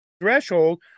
threshold